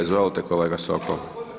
Izvolite kolega Sokol.